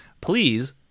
please